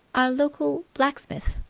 our local blacksmith!